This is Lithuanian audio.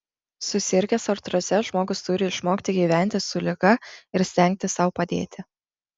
susirgęs artroze žmogus turi išmokti gyventi su liga ir stengtis sau padėti